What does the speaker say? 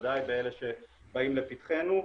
בוודאי באלה שבאים לפתחנו,